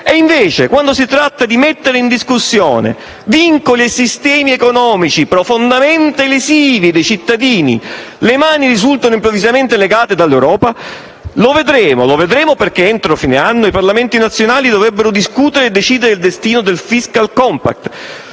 e invece, quando si tratta di mettere in discussione vincoli a sistemi economici profondamente lesivi dei cittadini, le mani risultano improvvisamente legate dall'Europa? Lo vedremo, perché, entro fine anno, i Parlamenti nazionali dovrebbero discutere e decidere il destino del *fiscal compact*.